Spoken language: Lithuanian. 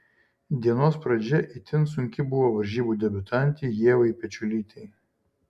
dienos pradžia itin sunki buvo varžybų debiutantei ievai pečiulytei